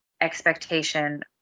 expectation